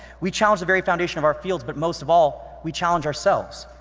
we challenge the very foundation of our fields, but most of all, we challenge ourselves.